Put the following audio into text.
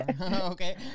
Okay